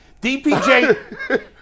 DPJ